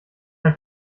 ein